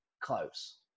close